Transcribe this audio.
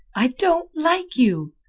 i don't like you,